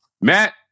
Matt